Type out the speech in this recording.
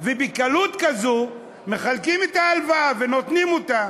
ובקלות כזאת מחלקים את ההלוואה ונותנים אותה.